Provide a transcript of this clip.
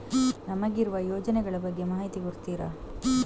ನಮಗಿರುವ ಯೋಜನೆಗಳ ಬಗ್ಗೆ ಮಾಹಿತಿ ಕೊಡ್ತೀರಾ?